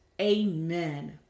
Amen